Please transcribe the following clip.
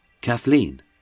Kathleen